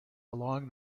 along